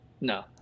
No